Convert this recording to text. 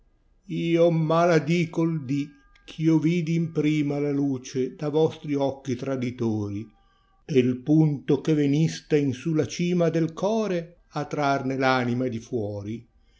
o maladico il dì ch'io vidi imprima la luce da rostri occhi traditori e punto che reniste io sulla cima del core a trarne p anima di fuori